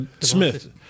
Smith